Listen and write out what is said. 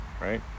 right